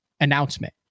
announcement